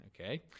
Okay